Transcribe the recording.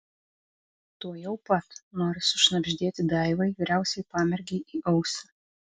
tuojau pat nori sušnabždėti daivai vyriausiajai pamergei į ausį